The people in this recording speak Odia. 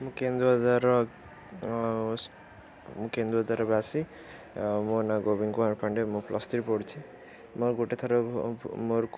ମୁଁ କେନ୍ଦୁ ଅଧାର ମୁଁ କେନ୍ଦୁ ଅଧାର ବାସୀ ମୋ ନାଁ ଗୋବିନ୍ଦ କୁମାର ପାଣ୍ଡେ ମୁଁ ପ୍ଲସ୍ ଥ୍ରୀ ପଢ଼ୁଛି ମୋର ଗୋଟେ ଥର ମୋର